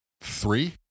three